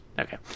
Okay